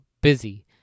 busy